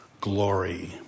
glory